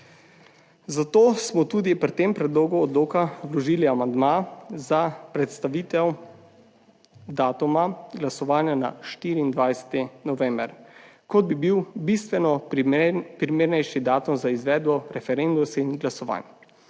Zato smo tudi pri tem predlogu odloka vložili amandma za predstavitev datuma glasovanja na 24. november, kot bi bil bistveno primernejši datum za izvedbo referendumskih glasovanj.